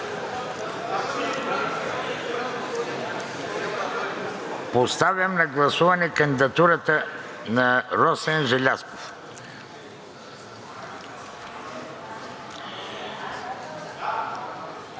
Поставям на гласуване кандидатурата на господин Росен Желязков.